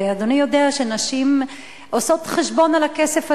ואדוני יודע שנשים עושות חשבון על הכסף הזה,